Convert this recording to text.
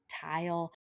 tile